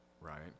right